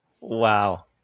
Wow